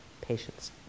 patients